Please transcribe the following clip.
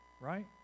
right